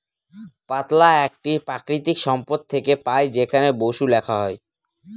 পাতলা একটি প্রাকৃতিক সম্পদ থেকে পাই যেখানে বসু লেখা হয়